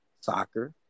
soccer